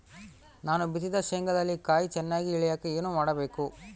ನಾನು ಬಿತ್ತಿದ ಶೇಂಗಾದಲ್ಲಿ ಕಾಯಿ ಚನ್ನಾಗಿ ಇಳಿಯಕ ಏನು ಮಾಡಬೇಕು?